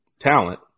talent